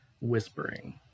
whispering